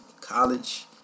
college